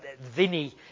Vinny